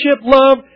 love